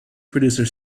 producer